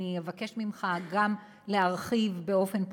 אני אבקש ממך גם להרחיב באופן פרטי,